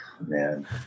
man